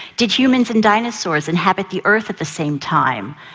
did humans and dinosaurs inhabit the earth at the same time?